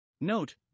Note